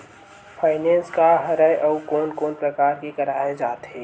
Finance का हरय आऊ कोन कोन प्रकार ले कराये जाथे?